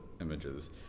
images